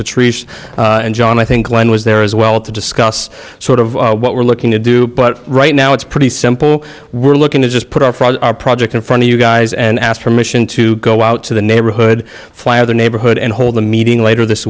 e and john i think len was there as well to discuss sort of what we're looking to do but right now it's pretty simple we're looking to just put off our project in front of you guys and ask permission to go out to the neighborhood fly of the neighborhood and hold a meeting later this